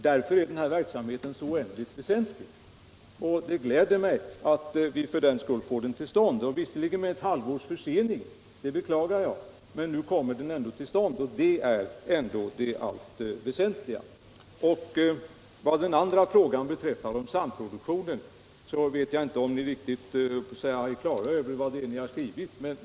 Därför är den här verksamheten oändligt väsentlig, och det gläder mig för den skull att vi får den till stånd. Visserligen har det blivit ett halvårs försening, och det beklagar jag, men den kommer ändå till stånd och det är det viktiga. Radio och television i utbildningsväsendet vet jag inte om ni riktigt är klara över vad ni har skrivit.